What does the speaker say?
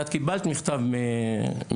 את קיבלת מכתב מהמגדלים,